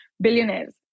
billionaires